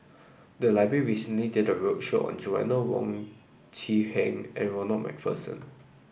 the library recently did a roadshow on Joanna Wong Quee Heng and Ronald MacPherson